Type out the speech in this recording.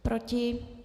Proti?